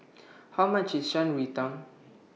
How much IS Shan Rui Tang